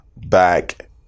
back